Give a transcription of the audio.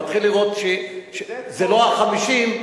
אתה מתחיל לראות, זה לא 50,